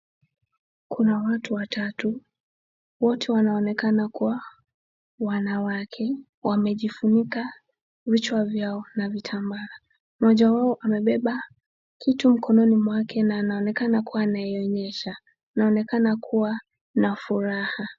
Kuna watu watatu, wote wanaonekana kuwa wanawake. Wamejifunika vichwa vyao na vitambaa. Mmoja wao amebeba kitu mkononi mwake na anaonekana kuwa anaionyesha. Anaonekana kuwa na furaha.